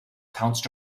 pounced